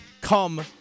come